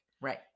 Right